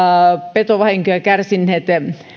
petovahinkoja kärsineet